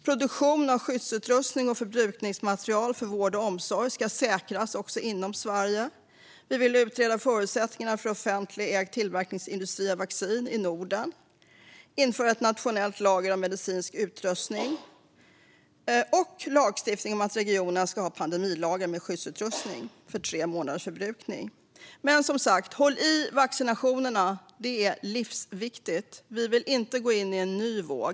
Produktion av skyddsutrustning och förbrukningsmaterial för vård och omsorg ska säkras också inom Sverige. Vi vill utreda förutsättningarna för offentligt ägd tillverkningsindustri av vaccin i Norden och att ett nationellt lager av medicinsk utrustning och relevanta läkemedel ska införas. Dessutom vill vi ha en lagstiftning om att regionerna ska ha pandemilager med skyddsutrustning för tre månaders förbrukning. Som sagt: Håll nu i vaccinationerna, för det är livsviktigt! Vi vill inte gå in i en ny våg.